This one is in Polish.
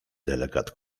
delegat